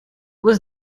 was